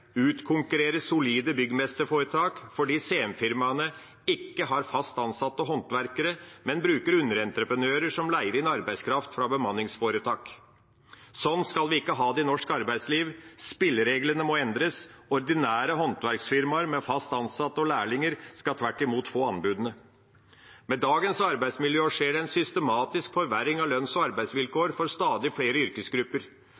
utkonkurrerer solide byggmesterforetak fordi CM-firmaene ikke har fast ansatte håndverkere, men bruker underentreprenører som leier inn arbeidskraft fra bemanningsforetak. Sånn skal vi ikke ha det i norsk arbeidsliv. Spillereglene må endres. Ordinære håndverksfirmaer med fast ansatte og lærlinger skal tvert imot få anbudene. Med dagens arbeidsmiljø skjer det en systematisk forverring av lønns- og